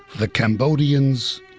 the cambodians,